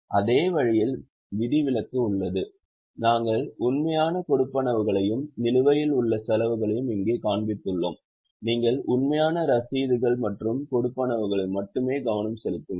அதே வழியில் விதிவிலக்கு உள்ளது நாங்கள் சரியான கொடுப்பனவுகளையும் நிலுவையில் உள்ள செலவுகளையும் இங்கே காண்பித்துள்ளோம் நீங்கள் சரியான ரசீதுகள் மற்றும் கொடுப்பனவுகளில் மட்டுமே கவனம் செலுத்துங்கள்